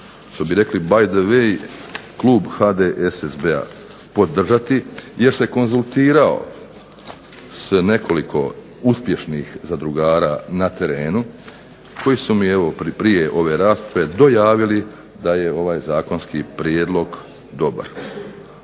bi rekli by the way klub HDSSB-a podržati jer se konzultirao sa nekoliko uspješnih zadrugara na terenu koji su mi prije ove rasprave dojavili da je ovaj zakonski prijedlog dobar.